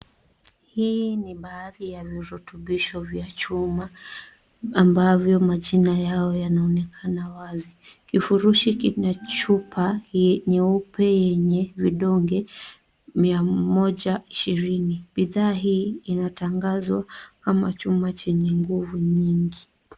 Hii ni baadhi ya virutubisho vya chuma, ambavyo majina yao yanaonekana wazi. Kifurushi chenye chupa hii nyeupe yenye vidonge mia moja ishirini. Bidhaa hii ina tangazwa kama chuma chenye nguvu nyingi.